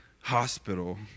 hospital